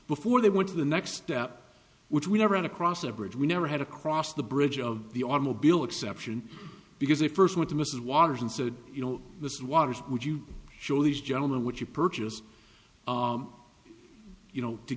before they went to the next step which we never ran across a bridge we never had across the bridge of the automobile exception because they first went to mrs waters and said you know this waters would you show these gentlemen would you purchase you know to